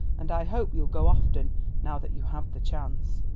and i hope you'll go often now that you have the chance.